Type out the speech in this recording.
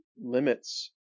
limits